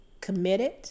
committed